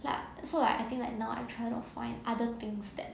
like so like I think like now I'm trying to find other things that